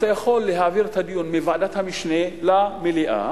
אתה יכול להעביר את הדיון מוועדת המשנה למליאה,